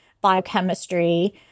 biochemistry